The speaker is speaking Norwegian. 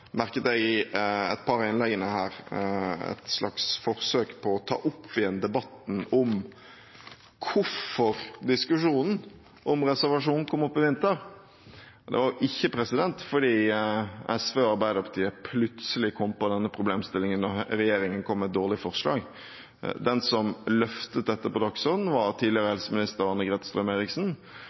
merket jeg i et par av innleggene her et slags forsøk på å ta opp igjen debatten om hvorfor diskusjonen om reservasjon kom opp i vinter. Det var ikke fordi SV og Arbeiderpartiet plutselig kom på denne problemstillingen da regjeringen kom med et dårlig forslag. Den som løftet dette på dagsordenen, var tidligere helseminister